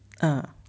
uh